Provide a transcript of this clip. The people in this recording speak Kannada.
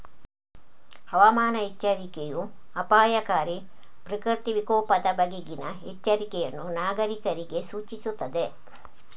ಹವಾಮಾನ ಎಚ್ಚರಿಕೆಯೂ ಅಪಾಯಕಾರಿ ಪ್ರಕೃತಿ ವಿಕೋಪದ ಬಗೆಗಿನ ಎಚ್ಚರಿಕೆಯನ್ನು ನಾಗರೀಕರಿಗೆ ಸೂಚಿಸುತ್ತದೆ